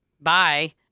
Bye